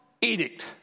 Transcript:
edict